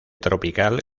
tropical